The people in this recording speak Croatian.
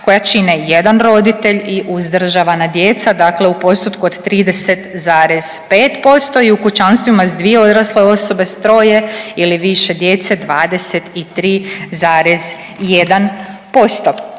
koja čine jedan roditelj i uzdržavana djeca. Dakle u postotku od 30,5% i u kućanstvima sa 2 odrasle osobe sa troje ili više djece 23,1%.